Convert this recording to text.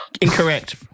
Incorrect